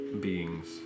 beings